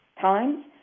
times